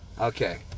Okay